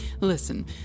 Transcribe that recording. listen